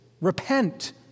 Repent